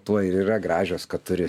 tuo ir yra gražios kad turi